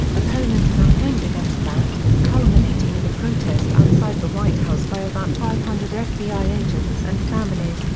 opponents campaigned against that, culminating in a protest outside the white house by about five hundred ah fbi agents and families,